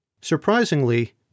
Surprisingly